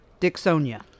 Dixonia